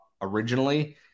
originally